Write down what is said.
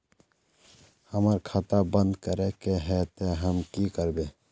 हमर खाता बंद करे के है ते हम की करबे?